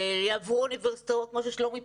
יעברו אוניברסיטאות כמו שאמר כאן שלומי